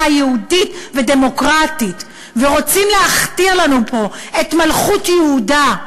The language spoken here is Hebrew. יהודית ודמוקרטית ורוצים להכתיר לנו פה את מלכות יהודה,